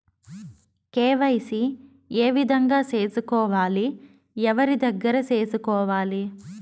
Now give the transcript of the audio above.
KYC ఏ విధంగా సేసుకోవాలి? ఎవరి దగ్గర సేసుకోవాలి?